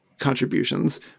contributions